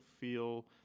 feel